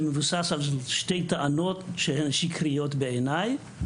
זה מבוסס על שתי טענות שהן שקריות, בעיניי: